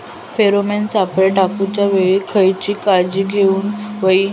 Pheromone सापळे टाकूच्या वेळी खयली काळजी घेवूक व्हयी?